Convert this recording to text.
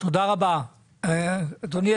השום היה